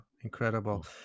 incredible